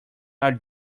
are